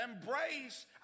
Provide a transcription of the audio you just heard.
Embrace